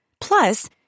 Plus